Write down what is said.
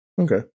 Okay